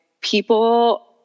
people